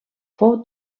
fou